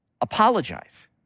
apologize